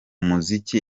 muziki